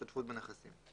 שותפות בנכסים.